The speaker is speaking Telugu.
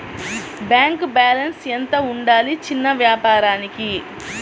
బ్యాంకు బాలన్స్ ఎంత ఉండాలి చిన్న వ్యాపారానికి?